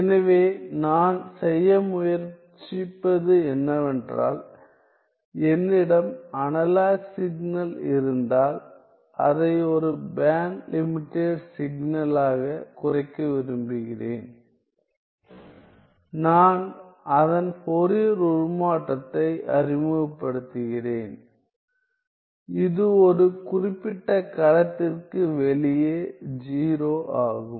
எனவே நான் செய்ய முயற்சிப்பது என்னவென்றால் என்னிடம் அனலாக் சிக்னல் இருந்தால் அதை ஒரு பேண்ட் லிமிடெட் சிக்னலாகக் குறைக்க விரும்புகிறேன் நான் அதன் ஃபோரியர் உருமாற்றத்தை அறிமுகப்படுத்துகிறேன் இது ஒரு குறிப்பிட்ட களத்திற்கு வெளியே 0 ஆகும்